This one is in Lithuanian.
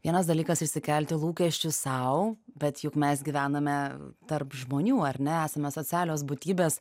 vienas dalykas išsikelti lūkesčius sau bet juk mes gyvename tarp žmonių ar ne esame socialios būtybės